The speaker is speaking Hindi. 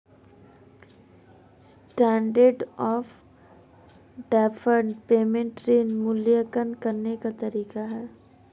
स्टैण्डर्ड ऑफ़ डैफर्ड पेमेंट ऋण मूल्यांकन करने का तरीका है